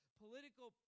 political